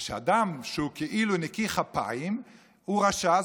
כשאדם שהוא כאילו נקי כפיים הוא רשע,